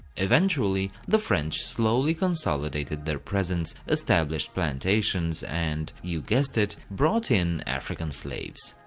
eventually the french slowly consolidated their presence, established plantations and, you guessed it, brought in african slaves.